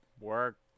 work